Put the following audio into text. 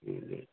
दे